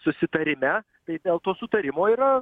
susitarime tai dėl to sutarimo yra